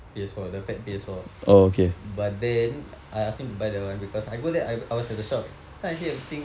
P_S four the fat P_S four but then I ask him to buy that one because I go there I I was at the shop then I see everything